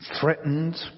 Threatened